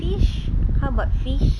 fish how about fish